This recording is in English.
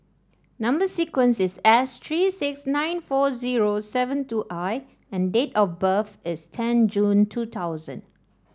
number sequence is S three six nine four zero seven two I and date of birth is ten June two thousand